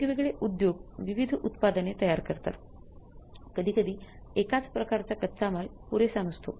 वेगवेगळे उद्योग विविध उत्पादने तयार करतात कधीकधी एकाच प्रकारचा कच्चा माल पुरेसा नसतो